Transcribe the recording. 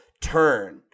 turn